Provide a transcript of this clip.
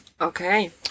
Okay